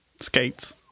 Skates